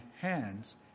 hands